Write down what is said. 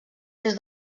des